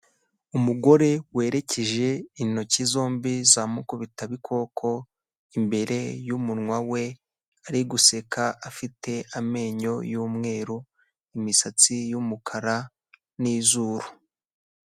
Umugore werekeje intoki zombi zamukubitabikoko imbere y'umunwa we, ari guseka, afite amenyo y'umweru, imisatsi y'umukara n'izuru.